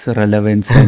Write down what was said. relevance